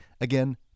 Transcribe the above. again